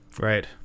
Right